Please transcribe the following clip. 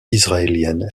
israélienne